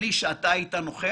אין לי בעיה.